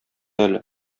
әле